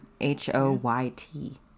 H-O-Y-T